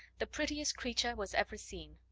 the prettiest creature was ever seen.